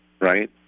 right